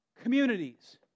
communities